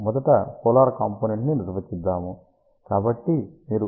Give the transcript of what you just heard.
మొదట polar component ని నిర్వచింద్దాము